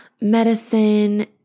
medicine